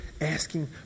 asking